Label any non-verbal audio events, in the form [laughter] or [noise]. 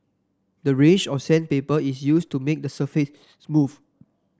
the range of sandpaper is used to make the surface [noise] smooth